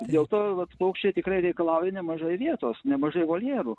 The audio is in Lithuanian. dėl to vat paukščiai tikrai reikalauja nemažai vietos nemažai voljerų